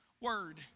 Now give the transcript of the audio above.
word